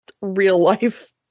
real-life